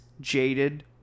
jaded